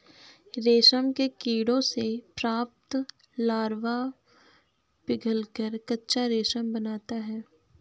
रेशम के कीड़ों से प्राप्त लार्वा पिघलकर कच्चा रेशम बनाता है